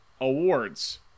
awards